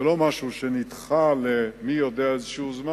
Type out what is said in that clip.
זה לא משהו שנדחה למי יודע איזשהו זמן.